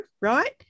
right